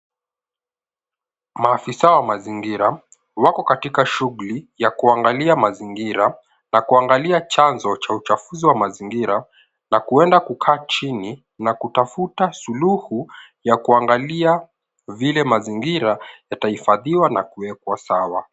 Maafisa wa mazingira wako katika shughuli ya kuangalia mazingira na kuangalia chanzo cha uchafuzi wa mazingira na kuenda kukaa chini na kutafuta suluhu ya kuangalia vile mazingira yatahifadhiwa na kuwekwa sawa.